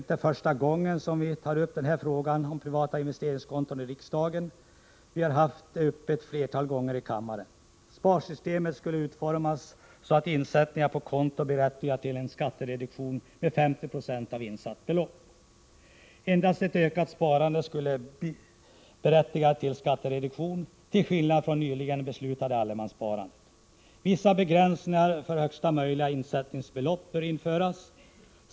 inte första gången som vi i riksdagens kammare tar upp frågan om privata investeringskonton — vi har tagit upp detta ett flertal gånger tidigare. Sparsystemet skulle utformas så att insättningar på konto berättigar till en skattereduktion med 50 26 av insatt belopp. Endast ett ökat sparande skulle berättiga till skattereduktion, till skillnad från det nyligen beslutade allemanssparandet. Vissa begränsningar för högsta möjliga insättningsbelopp bör införas.